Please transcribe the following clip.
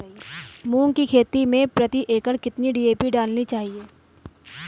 मूंग की खेती में प्रति एकड़ कितनी डी.ए.पी डालनी चाहिए?